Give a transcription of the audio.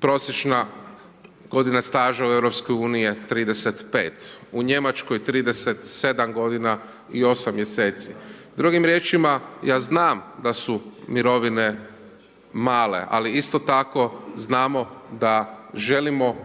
Prosječna godina staža u EU-u je 35. U Njemačkoj 37 g. i 8 mj. Drugim riječima, ja znam da su mirovine male a isto tako znamo da želimo